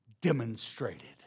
demonstrated